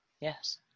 Yes